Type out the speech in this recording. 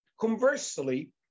Conversely